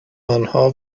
آنها